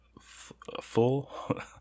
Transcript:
full